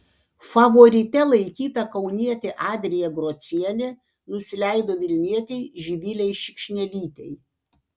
favorite laikyta kaunietė adrija grocienė nusileido vilnietei živilei šikšnelytei